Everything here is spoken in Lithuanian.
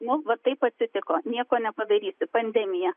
nu va taip atsitiko nieko nepadarysi pandemija